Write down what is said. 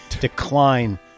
decline